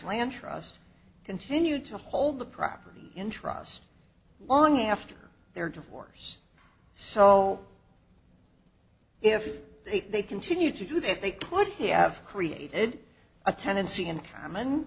land trust continued to hold the property in trust long after their divorce so if they continued to do that they would have created a tendency in common